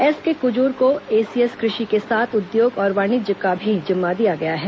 SK Kujur को ACS कृषि के साथ उद्योग और वाणिज्य का भी जिम्मा दिया गया है